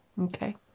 Okay